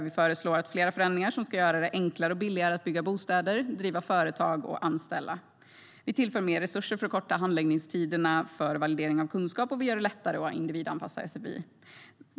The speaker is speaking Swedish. Vi föreslår flera förändringar som ska göra det enklare och billigare att bygga bostäder, driva företag och anställa. Vi tillför mer resurser för att korta handläggningstiderna för validering av kunskap, och vi gör det lättare att individanpassa sfi.